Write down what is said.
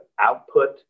output